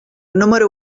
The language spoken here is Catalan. número